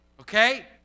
Okay